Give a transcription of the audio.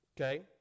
Okay